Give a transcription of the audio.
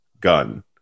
gun